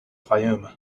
fayoum